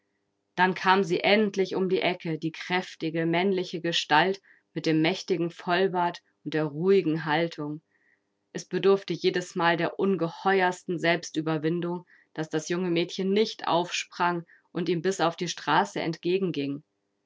dann kam sie endlich um die ecke die kräftige männliche gestalt mit dem mächtigen vollbart und der ruhigen haltung es bedurfte jedesmal der ungeheuersten selbstüberwindung daß das junge mädchen nicht aufsprang und ihm bis auf die straße